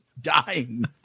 dying